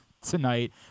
tonight